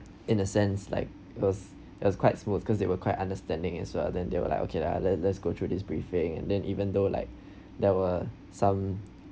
in a sense like it was it was quite smooth because they were quite understanding as well then they were like okay lah let let's go through this briefing and then even though like there were some